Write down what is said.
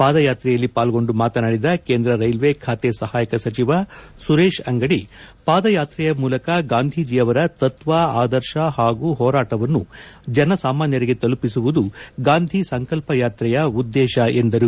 ಪಾದಯಾತ್ರೆಯಲ್ಲಿ ಪಾಲ್ಗೊಂಡು ಮಾತನಾಡಿದ ಕೇಂದ್ರ ರೈಲ್ವೆ ಖಾತೆ ಸಹಾಯಕ ಸಚಿವ ಸುರೇಶ್ ಅಂಗಡಿ ಪಾದ ಯಾತ್ರೆಯ ಮೂಲಕ ಗಾಂಧೀಜಿಯವರ ತತ್ವ ಆದರ್ಶ ಹಾಗೂ ಹೋರಾಟವನ್ನು ಜನಸಾಮಾನ್ಯರಿಗೆ ತಲುಪಿಸುವುದು ಗಾಂಧೀ ಸಂಕಲ್ಪ ಯಾಕ್ರೆಯ ಉದ್ದೇಶ ಎಂದರು